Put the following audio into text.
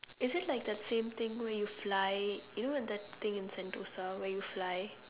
is it like the same thing where you fly you know that thing in Sentosa where you fly